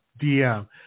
DM